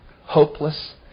hopeless